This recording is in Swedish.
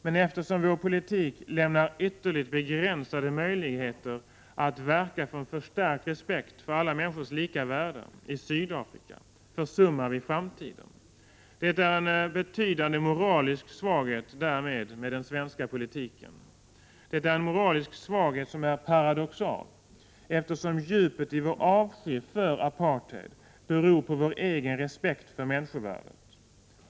Men eftersom vår politik lämnar ytterligt begränsade möjligheter att verka för en förstärkt respekt för alla människors lika värde i Sydafrika, försummar vi framtiden. Det är en betydande moralisk svaghet i den svenska politiken. Det är en moralisk svaghet som är paradoxal, eftersom djupet i vår avsky för apartheid beror på vår egen respekt för människovärdet.